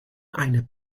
eine